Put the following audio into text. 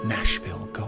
Nashville